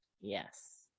Yes